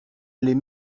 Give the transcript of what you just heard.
les